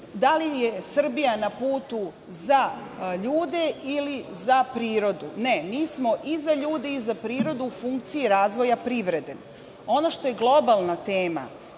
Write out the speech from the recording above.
da li je Srbija na putu za ljude ili za prirodu? Ne, mi smo i za ljude i za prirodu, u funkciji razvoja privrede. Ono što je globalna tema